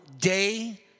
day